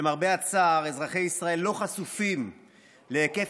שלמרבה הצער אזרחי ישראל לא חשופים להיקף